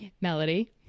Melody